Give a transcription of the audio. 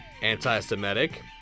anti-Semitic